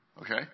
Okay